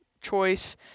choice